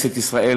כנסת ישראל,